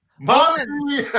Mommy